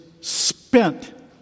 spent